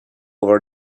over